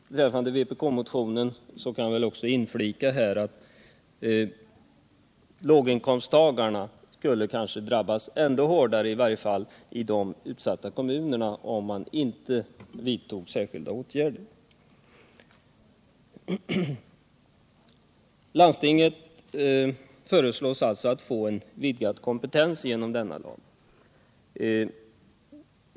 Beträffande vpk-motionen kan jag väl inflika att låginkomsttagarna skulle kanske drabbas ändå hårdare, i varje fall i de utsatta kommunerna, om man inte vidtog särskilda åtgärder. Landstinget föreslås alltså få en vidgad kompetens genom denna lag.